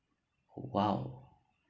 !wow!